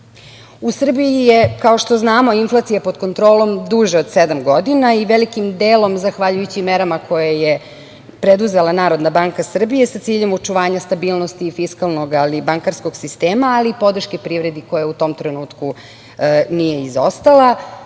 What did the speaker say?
Srbiji je, kao što znamo, inflacija pod kontrolom duže od sedam godina, velikim delom zahvaljujući merama koje je preduzela NBS, sa ciljem očuvanja stabilnosti fiskalnog i bankarskog sistema, ali i podrške privredi, koja u tom trenutku nije izostala. Država